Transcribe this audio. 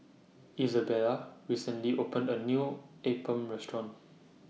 Izabella recently opened A New Appam Restaurant